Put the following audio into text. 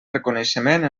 reconeixement